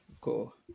Cool